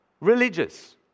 religious